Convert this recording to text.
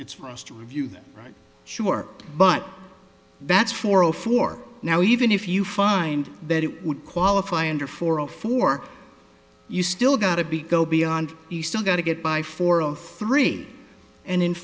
it's for us to review right sure but that's for all for now even if you find that it would qualify under for all four you still got to be go beyond you still got to get by for a free and